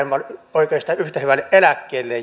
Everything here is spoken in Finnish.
oikeastaan yhtä hyvälle eläkkeelle